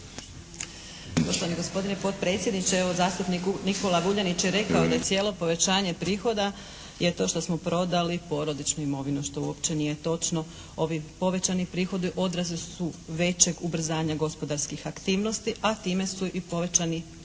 (HDZ)** Gospodine potpredsjedniče, evo zastupnik Nikola Vuljanić je rekao da je cijelo povećanje prihoda je to što smo prodali porodičnu imovinu što uopće nije točno. Ovi povećani prihodi odraz su većeg ubrzanja gospodarskih aktivnosti, a time su i povećani, time